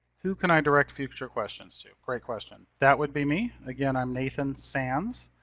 who can i direct future questions to? great question, that would be me. again, i'm nathan sands.